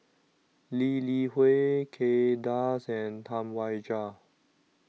Lee Li Hui Kay Das and Tam Wai Jia